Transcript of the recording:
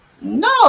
No